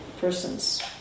persons